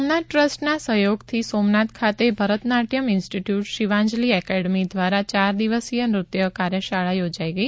સોમનાથ ટ્રસ્ટના સહયોગથી સોમનાથ ખાતે Bharatanatyam institute Shivanjali academy દ્વારા ચાર દિવસીય નૃત્ય કાર્યશાળા યોજાઈ ગઈ